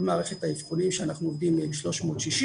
כל מערכת האבחונים שאנחנו עובדים ב-360.